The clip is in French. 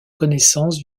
connaissance